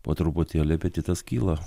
po truputėlį apetitas kyla